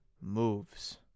moves